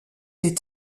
les